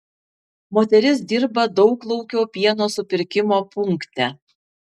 moteris dirba dauglaukio pieno supirkimo punkte